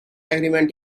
agreement